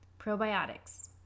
Probiotics